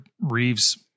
Reeves